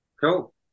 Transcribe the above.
cool